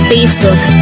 Facebook